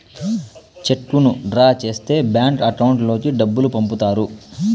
చెక్కును డ్రా చేస్తే bank account లోకి డబ్బులు పంపుతారు